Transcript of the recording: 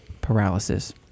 paralysis